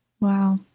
Wow